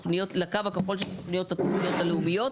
לקו הכחול של התוכניות הלאומיות.